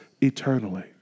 eternally